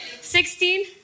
sixteen